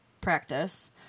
practice